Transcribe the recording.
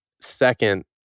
Second